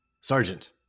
Sergeant